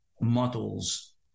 models